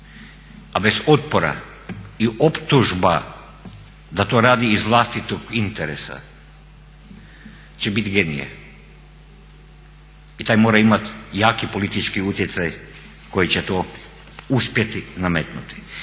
a bez otpora i optužba da to radi iz vlastitog interesa će biti genije i taj mora imati jaki politički utjecaj koji će to uspjeti nametnuti.